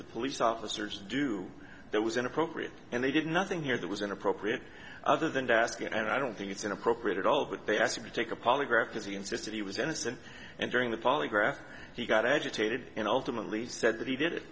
the police officers do that was inappropriate and they did nothing here that was inappropriate other than to ask and i don't think it's inappropriate at all but they asked him to take a polygraph because he insisted he was innocent and during the polygraph he got agitated and ultimately said that he did it